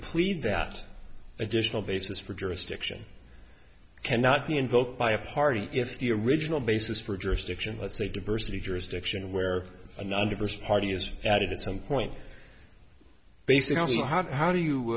plead that additional basis for jurisdiction cannot be invoked by a party if the original basis for jurisdiction let's say diversity jurisdiction where a ninety percent party is added at some point basically you have how do you